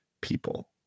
people